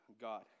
God